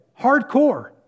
hardcore